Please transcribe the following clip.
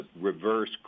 reverse